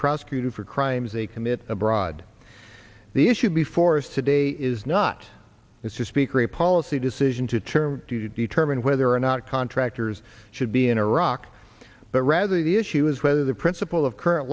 prosecuted for crimes they commit abroad the issue before us today is not as to speak or a policy decision to turn to determine whether or not contractors should be in iraq but rather the issue is whether the principle of current